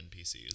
NPCs